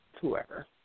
whoever